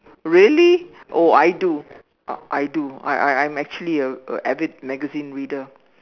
really oh I do uh I do I I'm actually a a avid magazine reader